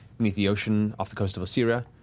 beneath the ocean, off the coast of issylra.